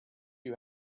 you